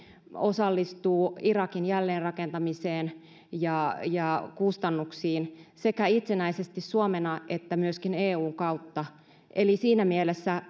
osallistuu irakin jälleenrakentamiseen ja ja sen kustannuksiin sekä itsenäisesti suomena että myöskin eun kautta eli siinä mielessä